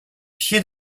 pied